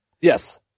Yes